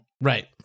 Right